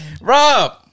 Rob